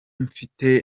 mfite